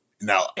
Now